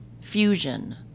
fusion